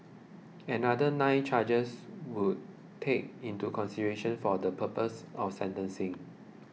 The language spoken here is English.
and another nine chargers were take into consideration for the purpose of sentencing